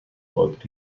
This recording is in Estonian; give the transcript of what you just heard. poolt